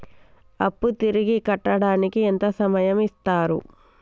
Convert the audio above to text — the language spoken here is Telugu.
అప్పు తిరిగి కట్టడానికి ఎంత సమయం ఇత్తరు?